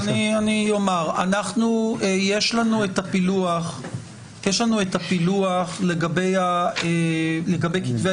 את הפילוח הזה לגבי כתבי